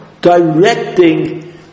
directing